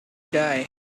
die